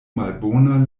malbone